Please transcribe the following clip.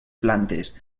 plantes